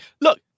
Look